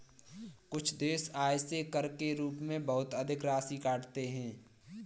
कुछ देश आय से कर के रूप में बहुत अधिक राशि काटते हैं